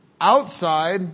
Outside